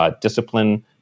discipline